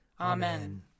Amen